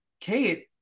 Kate